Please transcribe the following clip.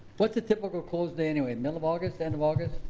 what's the typical close day anyway? middle of august, end of august?